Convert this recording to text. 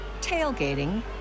tailgating